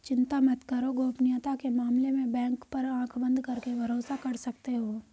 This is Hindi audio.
चिंता मत करो, गोपनीयता के मामले में बैंक पर आँख बंद करके भरोसा कर सकते हो